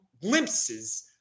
glimpses